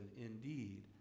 indeed